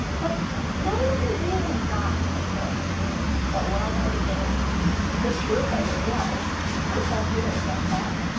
but no one really got temple but well then again the truth of it was temple didn't get them.